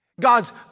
God's